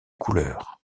couleurs